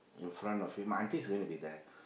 in front of him my aunty is going to be there